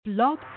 Blog